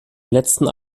letzten